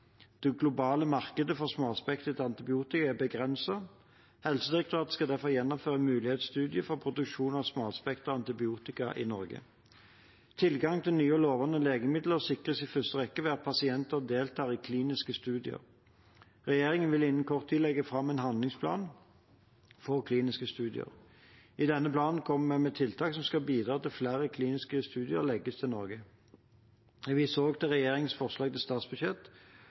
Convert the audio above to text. Det globale markedet for smalspektret antibiotika er begrenset. Helsedirektoratet skal derfor gjennomføre en mulighetsstudie for produksjon smalspektret antibiotika i Norge. Tilgang til nye og lovende legemidler sikres i første rekke ved at pasienter deltar i kliniske studier. Regjeringen vil innen kort tid legge fram en handlingsplan for kliniske studier. I denne planen kommer vi med tiltak som skal bidra til at flere kliniske studier legges til Norge. Jeg viser også til regjeringens forslag til statsbudsjett,